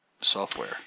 software